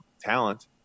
talent